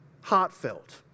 heartfelt